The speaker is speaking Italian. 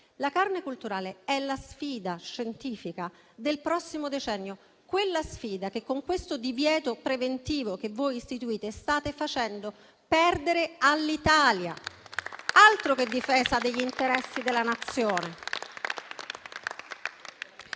La carne colturale è la sfida scientifica del prossimo decennio, quella sfida che con questo divieto preventivo, che voi istituite, state facendo perdere all'Italia. Altro che difesa degli interessi della Nazione.